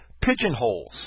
pigeonholes